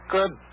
Good